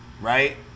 right